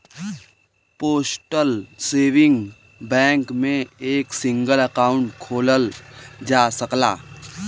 postal saving bank में एक single account खोलल जा सकला